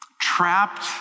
Trapped